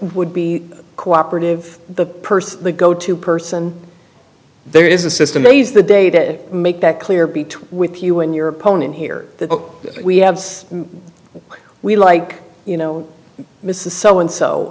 would be cooperative the person the go to person there is a system a's the day to make that clear between with you and your opponent here that we have we like you know mrs so and so